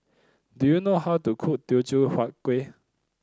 do you know how to cook Teochew Huat Kueh